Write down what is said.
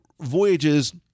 voyages